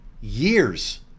years